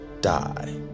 die